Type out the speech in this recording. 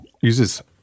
uses